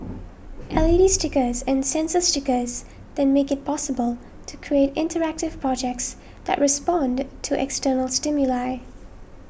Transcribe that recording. l E D stickers and sensor stickers then make it possible to create interactive projects that respond to external stimuli